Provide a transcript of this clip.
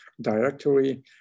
directory